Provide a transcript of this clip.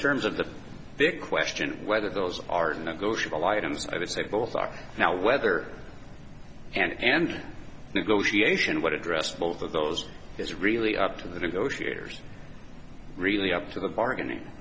terms of the big question whether those are negotiable items i would say both are now weather and negotiation what addressed both of those is really up to the negotiators really up to the bargaining